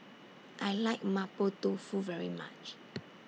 I like Mapo Tofu very much